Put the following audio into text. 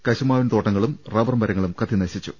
കശുമാവിൻ തോട്ടങ്ങളും റബ്ബർ മരങ്ങളും കത്തിന ശിച്ചു